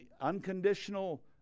unconditional